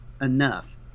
enough